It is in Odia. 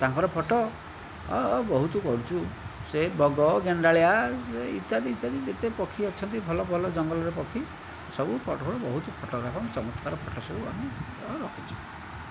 ତାଙ୍କର ଫଟୋ ବହୁତ କରିଛୁ ସେ ବଗ ଗେଣ୍ଡାଳିଆ ସେ ଇତ୍ୟାଦି ଇତ୍ୟାଦି ଯେତେ ପକ୍ଷୀ ଅଛନ୍ତି ଭଲ ଭଲ ଜଙ୍ଗଲରେ ପକ୍ଷୀ ସବୁ ଫଟୋ ଫଟୋ ବହୁତ ଫଟୋଗ୍ରାଫି ଚମତ୍କାର ଫଟୋ ସବୁ ଆମେ ରଖିଛୁ